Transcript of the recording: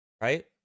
Right